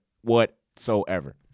whatsoever